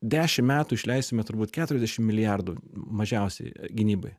dešim metų išleisime turbūt keturiasdešim milijardų mažiausiai gynybai